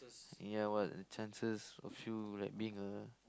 yeah what are the chances of you like being a